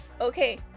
okay